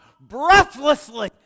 breathlessly